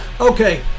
Okay